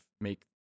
make